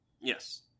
Yes